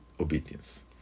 obedience